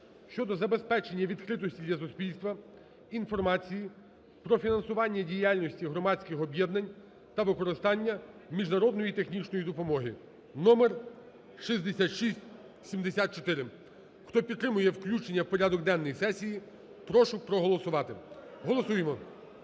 щодо забезпечення відкритості для суспільства інформації про фінансування діяльності громадських об'єднань та використання міжнародної технічної допомоги (№ 6674). Хто підтримує включення в порядок денний сесії, прошу проголосувати. Голосуємо.